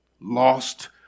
lost